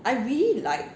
I really like